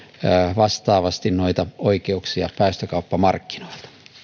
vastaavasti oikeuksia päästökauppamarkkinoilta